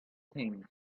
thing